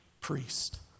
priest